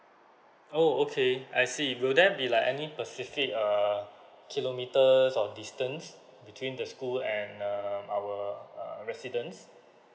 oh okay I see will there be like any specific err kilometres or distance between the school and um our uh residents